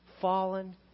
fallen